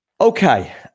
Okay